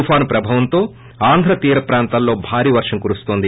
తుపాను ప్రభావంతో ఆంధ్ర తీరప్రాంతాల్లో భారీ వర్షం కురుస్తోంది